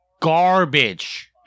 Garbage